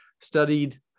Studied